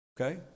Okay